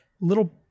little